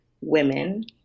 women